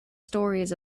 stories